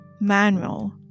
manual